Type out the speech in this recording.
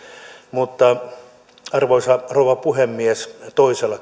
mutta arvoisa rouva puhemies toisella